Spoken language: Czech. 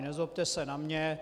Nezlobte se na mě.